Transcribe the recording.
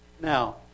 Now